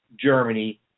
Germany